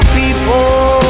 people